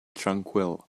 tranquil